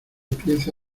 pieza